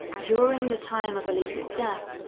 during the time of elisa's death,